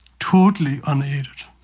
totally unaided,